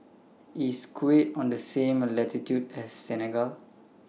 IS Kuwait on The same latitude as Senegal